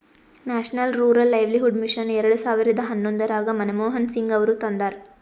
national rural livelihood mission ಎರೆಡ ಸಾವಿರದ ಹನ್ನೊಂದರಾಗ ಮನಮೋಹನ್ ಸಿಂಗ್ ಅವರು ತಂದಾರ